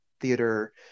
theater